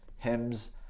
hymns